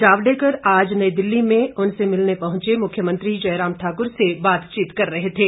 जावडेकर आज नई दिल्ली में उनसे मिलने पहुंचे मुख्यमंत्री जयराम ठाकुर से बातचीत कर रहे थे